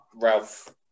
Ralph